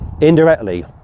Indirectly